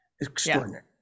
extraordinary